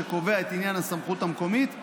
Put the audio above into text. שקובע את עניין הסמכות המקומית,